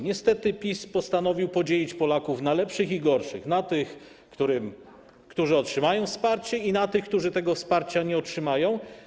Niestety PiS postanowił podzielić Polaków na lepszych i gorszych, na tych, którzy otrzymają wsparcie, i na tych, którzy tego wsparcia nie otrzymają.